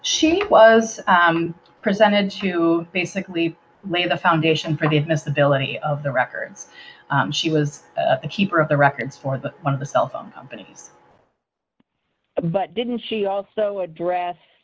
she was presented to basically lay the foundation for the admissibility of the records she was a keeper of the records for the one of the cell phone companies but didn't she also address